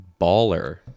baller